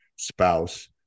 Spouse